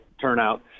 turnout